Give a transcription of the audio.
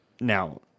now